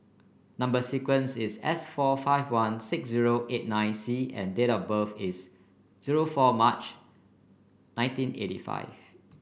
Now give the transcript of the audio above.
number sequence is S four five one six zero eight nine C and date of birth is zero four March nineteen eighty five